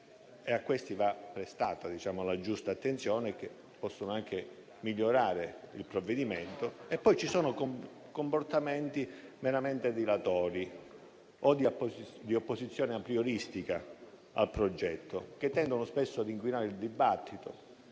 a questi va prestata la giusta attenzione perché possono anche migliorare il provvedimento. E poi ci sono comportamenti meramente dilatori o di opposizione aprioristica al progetto, che tendono spesso ad inquinare il dibattito